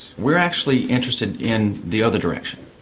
we're actually interested in the other direction.